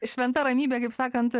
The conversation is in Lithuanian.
šventa ramybė kaip sakant